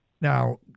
Now